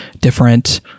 different